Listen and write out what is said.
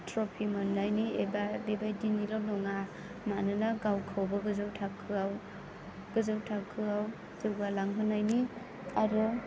trophy मोननायनि एबा बेबायदिनिल' नङा मानोना गावखौबो गोजौ थाखोआव गोजौ थाखोआव जौगालांहोनायनि आरो